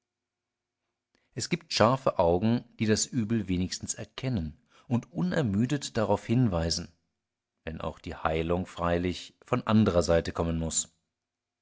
es gibt scharfe augen die das übel wenigstens erkennen und unermüdet darauf hinweisen wenn auch die heilung freilich von anderer seite kommen muß